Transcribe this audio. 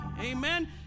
Amen